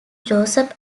joseph